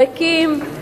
ריקים,